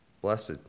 Blessed